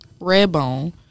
Redbone